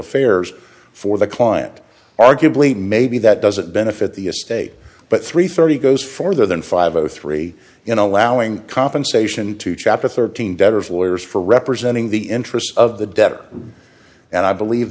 affairs for the client arguably maybe that doesn't benefit the estate but three thirty goes for than five o three in allowing compensation to chapter thirteen debtors lawyers for representing the interests of the debtor and i believe